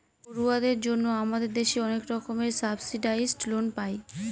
পড়ুয়াদের জন্য আমাদের দেশে অনেক রকমের সাবসিডাইসড লোন পায়